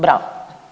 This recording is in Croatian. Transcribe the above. Bravo!